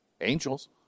Angels